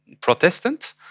Protestant